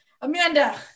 Amanda